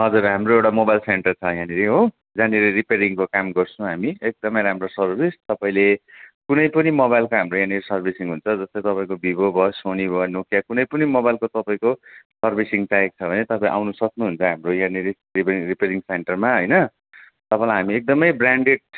हजुर हाम्रो एउटा मोबाइल सेन्टर छ यहाँनेरि हो जहाँनेरि रिपेरिङको काम गर्छौँ हामी एकदमै राम्रो सर्भिस तपाईँले कुनै पनि मोबाइलको हाम्रो यहाँनेर सर्भिसिङ हुन्छ जस्तै तपाईँको भिभो भयो सोनी भयो नोकिया कुनै पनि मोबाइलको तपाईँको सर्भिसिङ चाहिएको छ भने तपाईँ आउनु सक्नु हुन्छ हाम्रो यहाँनेरि रिपेरिङ रिपेरिङ सेन्टरमा होइन तपाईँलाई हामी एकदमै ब्रान्डेड